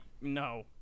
no